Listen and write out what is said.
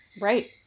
right